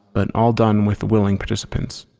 but all done with willing participants.